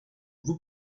vous